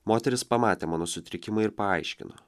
moterys pamatė mano sutrikimą ir paaiškino